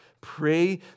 pray